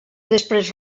després